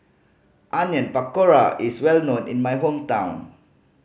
Onion Pakora is well known in my hometown